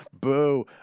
boo